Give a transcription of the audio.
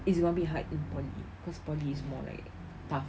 it's gonna be hard in poly cause poly is more like tough